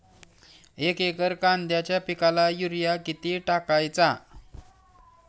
एक एकर कांद्याच्या पिकाला युरिया किती टाकायचा?